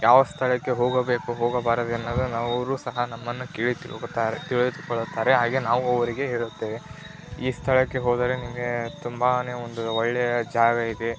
ಯಾವ ಸ್ಥಳಕ್ಕೆ ಹೋಗಬೇಕು ಹೋಗಬಾರದು ಎನ್ನೋದನ್ನ ಅವರು ಸಹ ನಮ್ಮನ್ನು ಕೇಳಿ ತಿಳ್ಕೊತಾರೆ ತಿಳಿದುಕೊಳ್ಳುತ್ತಾರೆ ಹಾಗೆ ನಾವು ಅವರಿಗೆ ಹೇಳುತ್ತೇವೆ ಈ ಸ್ಥಳಕ್ಕೆ ಹೋದರೆ ನಿಮಗೆ ತುಂಬಾ ಒಂದು ಒಳ್ಳೆಯ ಜಾಗ ಇದೆ